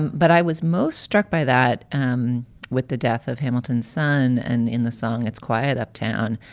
but i was most struck by that um with the death of hamilton's son. and in the song, it's quiet uptown,